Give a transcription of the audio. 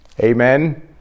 Amen